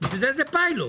ולכן זה פיילוט.